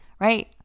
right